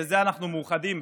בזה אנחנו מאוחדים,